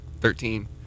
Thirteen